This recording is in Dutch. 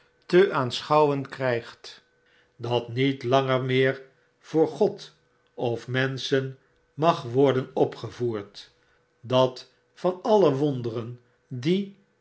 te aanschouwen krjjgt dat niet langer meer voor god of menschen mag worden opgevoerd dat van alle wonderen die